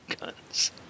Guns